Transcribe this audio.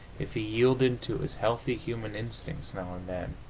if he yielded to his healthy human instincts now and then,